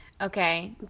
Okay